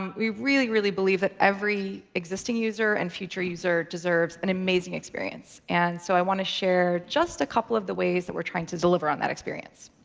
um we really, really believe that every existing user and future user deserves an amazing experience. and so i want to share just a couple of the ways that we're trying to deliver on that experience.